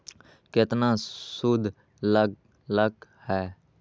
केतना सूद लग लक ह?